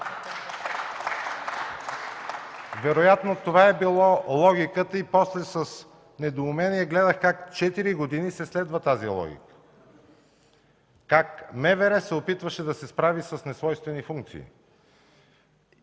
Вероятно такава е била логиката и после с недоумение гледах как 4 години се следва тази логика, как МВР се опитваше да се справи с несвойствени функции.